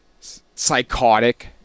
psychotic